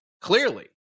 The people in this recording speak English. clearly